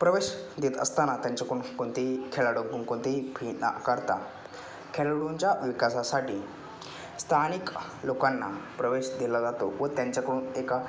प्रवेश देत असताना त्यांच्याकडून कोणतेही खेळाडूकडून कोणतेही फी ना आकारता खेळाडूंच्या विकासासाठी स्थानिक लोकांना प्रवेश दिला जातो व त्यांच्याकडून एका